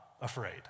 afraid